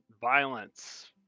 violence